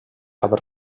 cap